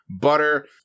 butter